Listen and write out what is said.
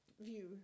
view